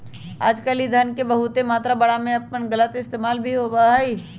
आजकल ई धन के बहुत बड़ा मात्रा में गलत इस्तेमाल भी होबा हई